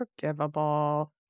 forgivable